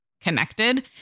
connected